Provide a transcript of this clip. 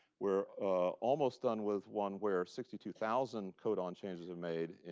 we're almost done with one where sixty two thousand codon changes have made.